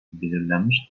belirlenmiş